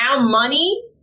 money